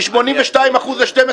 מ-82% ל-12%.